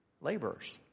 laborers